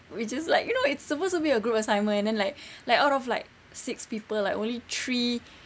we just like you know it's supposed to be a group assignment and then like like out of like six people like only three